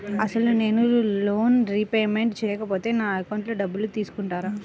అసలు నేనూ loan repayment చేయకపోతే నా అకౌంట్లో డబ్బులు తీసుకుంటారా?